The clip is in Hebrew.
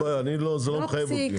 זה לא מחייב אותי.